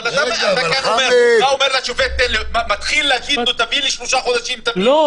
אתה תגיד לשופט: תן לי שלושה חודשים --- אני מכיר את זה.